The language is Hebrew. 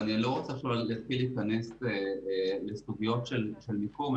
בלי להיכנס לסוגיות של מיקום,